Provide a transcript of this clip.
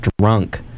drunk